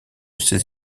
ses